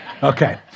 Okay